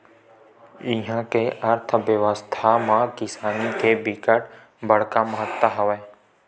इहा के अर्थबेवस्था म किसानी के बिकट बड़का महत्ता हवय